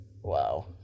wow